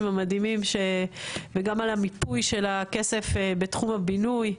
המדהימים וגם על המיפוי של הכסף בתחום הבינוי.